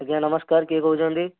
ଆଜ୍ଞା ନମସ୍କାର କିଏ କହୁଛନ୍ତି